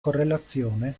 correlazione